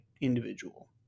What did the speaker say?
individual